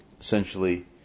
essentially